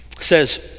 says